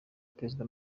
perezida